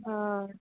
હા